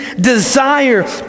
desire